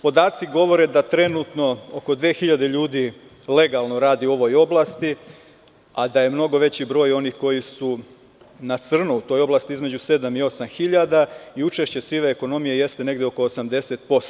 Podaci govore da trenutno oko 2000 ljudi legalno radi u ovoj oblasti, a da je mnogo veći broj onih koji su na crno, to je između sedam i osam hiljada i učešće sive ekonomije jeste negde oko 80%